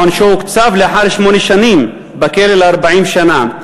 ועונשו הוקצב לאחר שמונה שנים ל-40 שנה.